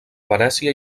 venècia